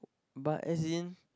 but as in